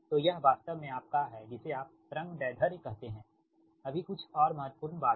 तो यह वास्तव में आपका है जिसे आप तरंग दैर्ध्य कहते हैं अभी कुछ और महत्वपूर्ण बात है